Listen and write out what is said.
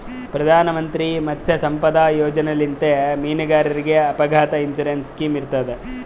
ಪ್ರಧಾನ್ ಮಂತ್ರಿ ಮತ್ಸ್ಯ ಸಂಪದಾ ಯೋಜನೆಲಿಂತ್ ಮೀನುಗಾರರಿಗ್ ಅಪಘಾತ್ ಇನ್ಸೂರೆನ್ಸ್ ಸ್ಕಿಮ್ ಇರ್ತದ್